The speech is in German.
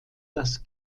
das